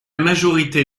majorité